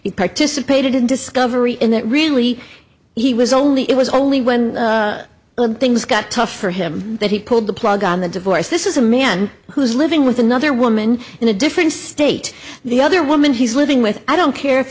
he participated in discovery in that really he was only it was only when things got tough for him that he pulled the plug on the divorce this is a man who's living with another woman in a different state the other woman he's living with i don't care if